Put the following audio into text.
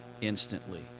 instantly